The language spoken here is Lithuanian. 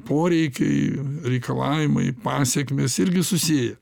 poreikiai reikalavimai pasekmės irgi susiję